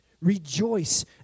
Rejoice